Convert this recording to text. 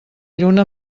lluna